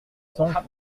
cents